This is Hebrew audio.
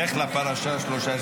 לך לפרשה שלושה שבועות.